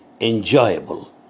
enjoyable